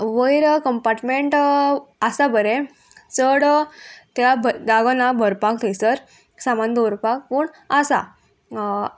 वयर कंपार्टमेंट आसा बरे चड त्या भरपाक थंयसर सामान दवरपाक पूण आसा